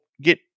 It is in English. get